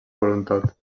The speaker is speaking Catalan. voluntat